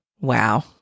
Wow